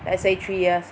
let's say three years